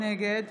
נגד